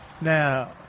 Now